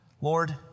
Lord